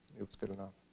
it's good enough.